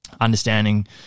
understanding